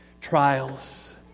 trials